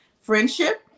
friendship